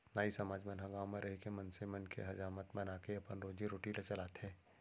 नाई समाज मन ह गाँव म रहिके मनसे मन के हजामत बनाके अपन रोजी रोटी ल चलाथे